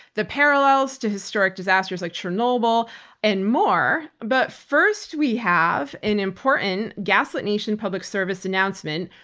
the parallels to historic disasters like chernobyl and more but first we have an important gaslit nation public service announcement.